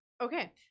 Okay